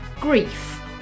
grief